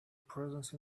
presence